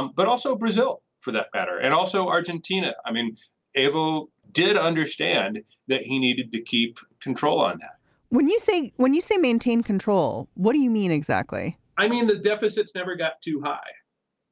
um but also brazil for the better. and also argentina i mean evo did understand that he needed to keep control on that when you say when you say maintain control what do you mean exactly i mean the deficits never got too high